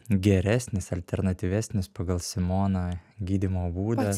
geresnis alternatyvenis pagal simoną gydymo būdas